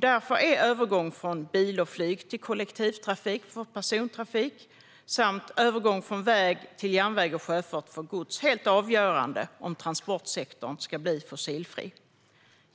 Därför är övergång från bil och flyg till kollektivtrafik för persontrafiken samt övergång från väg till järnväg och sjöfart för godset helt avgörande om transportsektorn ska bli fossilfri.